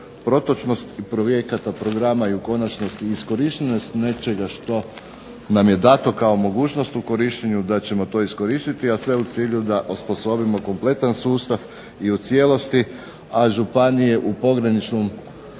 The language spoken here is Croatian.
protočnost projekata i programa i u konačnosti iskorištenost nečega što nam je dato kao mogućnost u korištenju da ćemo to iskoristiti a sve u cilju da osposobimo kompletan sustav i u cijelosti a županije u pograničnom